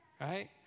right